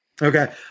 Okay